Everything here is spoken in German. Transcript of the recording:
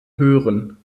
hören